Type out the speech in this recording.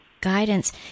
guidance